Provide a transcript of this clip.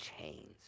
chains